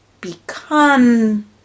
become